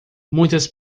muitas